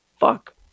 fuck